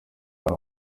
hari